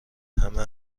همه